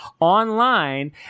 online